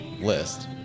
list